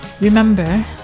Remember